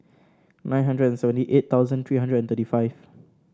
nine hundred and seventy eight thousand three hundred and thirty five